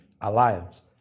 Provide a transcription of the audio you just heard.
alliance